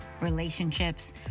relationships